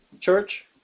church